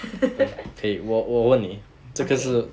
okay